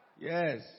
Yes